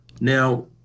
Now